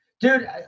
Dude